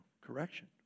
correction